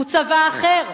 הוא צבא אחר.